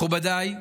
מכובדיי,